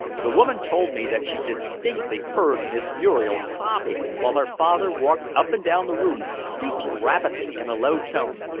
the woman told me that she distinctly heard miss muriel sobbing, while her father walked up and down the room speaking rapidly in a low tone.